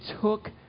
took